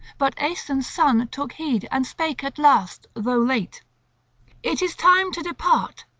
but aeson's son took heed, and spake at last, though late it is time to depart,